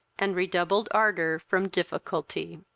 and redoubled ardour from difficulty.